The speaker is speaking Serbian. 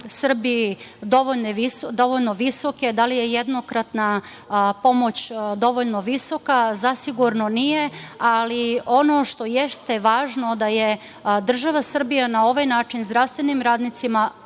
Srbiji dovoljno visoke, da li je jednokratna pomoć dovoljno visoka, zasigurno nije, ali ono što jeste važno jeste da je država Srbija na ovaj način zdravstvenim radnicima